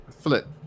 Flip